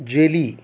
jelly